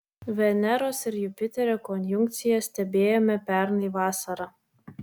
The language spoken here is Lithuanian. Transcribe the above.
veneros ir jupiterio konjunkciją stebėjome pernai vasarą